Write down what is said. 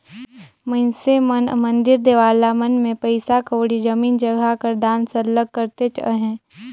मइनसे मन मंदिर देवाला मन में पइसा कउड़ी, जमीन जगहा कर दान सरलग करतेच अहें